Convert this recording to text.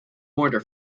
mortar